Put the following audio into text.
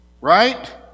Right